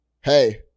Hey